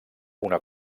una